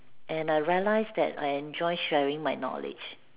and I realize that I enjoy sharing my knowledge